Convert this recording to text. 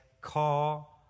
call